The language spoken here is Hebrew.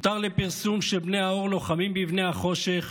הותר לפרסום שבני האור לוחמים בבני החושך,